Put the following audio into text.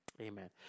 amen